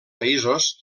països